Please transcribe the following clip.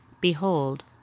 Behold